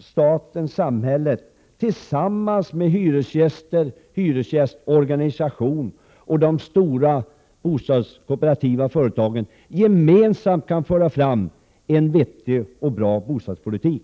staten tillsammans med hyresgäster, hyresgästorganisation och de stora bostadskooperativa företagen kan föra en vettig och bra bostadspolitik.